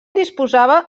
disposava